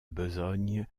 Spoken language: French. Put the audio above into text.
besogne